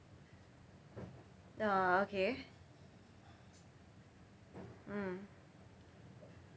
ah okay mm